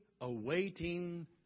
awaiting